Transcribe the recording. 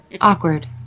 Awkward